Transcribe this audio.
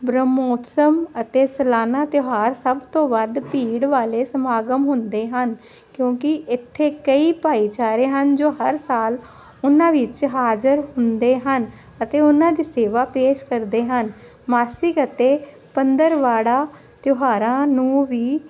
ਬ੍ਰਹਮੋਸਤਮ ਅਤੇ ਸਲਾਨਾ ਤਿਉਹਾਰ ਸਭ ਤੋਂ ਵੱਧ ਭੀੜ ਵਾਲੇ ਸਮਾਗਮ ਹੁੰਦੇ ਹਨ ਕਿਉਂਕਿ ਇੱਥੇ ਕਈ ਭਾਈਚਾਰੇ ਹਨ ਜੋ ਹਰ ਸਾਲ ਉਹਨਾਂ ਵਿੱਚ ਹਾਜ਼ਰ ਹੁੰਦੇ ਹਨ ਅਤੇ ਉਹਨਾਂ ਦੀ ਸੇਵਾ ਪੇਸ਼ ਕਰਦੇ ਹਨ ਮਾਸਿਕ ਅਤੇ ਪੰਦਰਵਾੜਾ ਤਿਉਹਾਰਾਂ ਨੂੰ ਵੀ